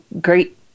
great